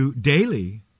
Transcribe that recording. daily